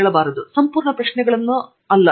ಟ್ಯಾಂಗಿರಾಲ ಸಂಪೂರ್ಣ ಪ್ರಶ್ನೆಗಳನ್ನು ಅಲ್ಲ